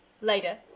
later